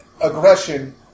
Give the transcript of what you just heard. aggression